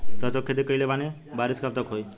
सरसों के खेती कईले बानी बारिश कब तक होई?